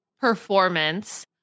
performance